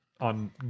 on